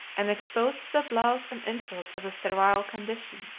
and exposed to the blows and insults of a servile condition.